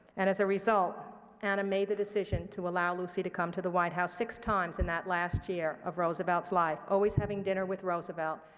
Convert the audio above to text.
and as a result anna made the decision to allow lucy to come to the white house six times in that last year of roosevelt's life, always having dinner with roosevelt.